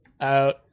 out